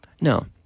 No